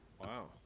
Wow